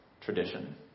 tradition